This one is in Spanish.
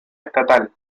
estatal